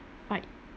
justified